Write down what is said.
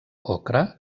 ocre